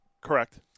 Correct